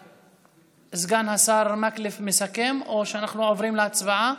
סגן השר מקלב מסכם או שאנחנו עוברים להצבעה?